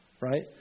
Right